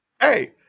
hey